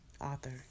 author